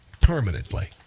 permanently